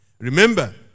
Remember